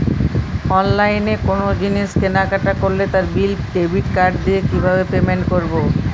অনলাইনে কোনো জিনিস কেনাকাটা করলে তার বিল ডেবিট কার্ড দিয়ে কিভাবে পেমেন্ট করবো?